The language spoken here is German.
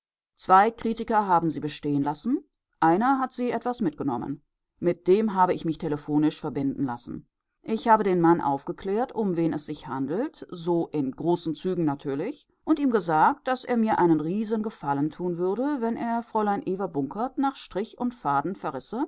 zwei kritiker haben sie bestehen lassen einer hat sie etwas mitgenommen mit dem habe ich mich telephonisch verbinden lassen ich habe den mann aufgeklärt um was es sich handelt so in großen zügen natürlich und ihm gesagt daß er mir einen riesengefallen tun würde wenn er fräulein eva bunkert nach strich und faden